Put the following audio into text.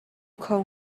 kho